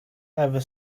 ever